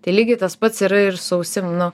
tai lygiai tas pats yra ir su ausim nu